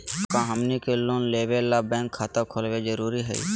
का हमनी के लोन लेबे ला बैंक खाता खोलबे जरुरी हई?